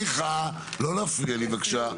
לא להפריע לי בבקשה,